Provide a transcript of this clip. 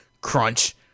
crunch